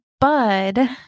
bud